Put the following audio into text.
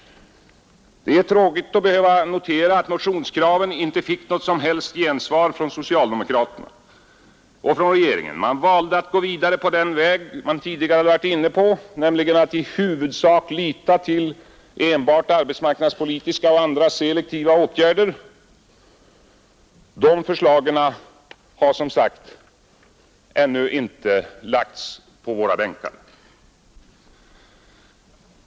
Det är tråkigt att behöva notera att motionskraven inte fick något som helst gensvar från socialdemokraterna och regeringen. Man valde att gå vidare på den väg man tidigare varit inne på, nämligen att i huvudsak lita till enbart arbetsmarknadspolitiska och andra selektiva åtgärder, och de förslagen har som sagt ännu inte lagts på våra bänkar.